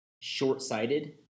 short-sighted